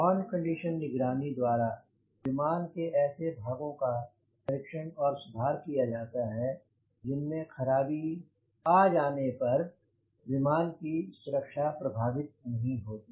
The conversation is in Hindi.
ऑन कंडीशन निगरानी द्वारा विमान के ऐसे भागों का परीक्षण और सुधार किया जाता है जिनमें खराबीआज आने पर विमान की सुरक्षा प्रभावित नहीं होती